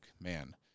man